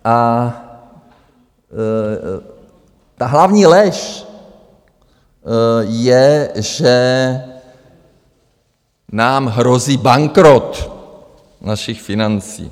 A ta hlavní lež je, že nám hrozí bankrot našich financí.